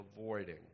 avoiding